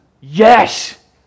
Yes